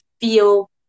feel